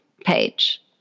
page